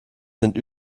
sind